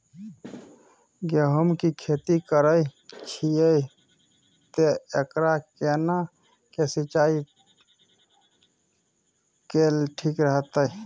गेहूं की खेती करे छिये ते एकरा केना के सिंचाई कैल ठीक रहते?